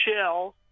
shell